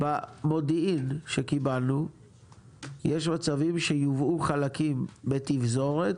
במודיעין שקיבלנו יש מצבים שייבאו חלקים בתפזורת